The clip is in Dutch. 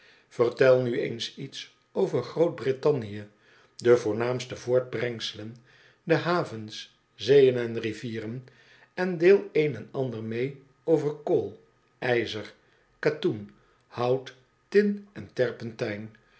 vertel nu eens iets over groot-brittannië de voornaamste voortbrengselen de havens zeeën en rivieren en deel een en ander mee over kool ijzer katoen hout tin en terpentijn